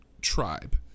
tribe